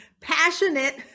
passionate